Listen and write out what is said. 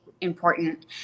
important